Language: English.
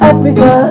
Africa